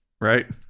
right